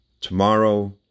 tomorrow